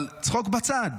אבל צחוק בצד,